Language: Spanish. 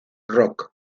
rock